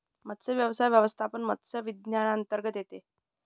मत्स्यव्यवसाय व्यवस्थापन मत्स्य विज्ञानांतर्गत येते